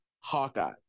hawkeye